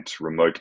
remote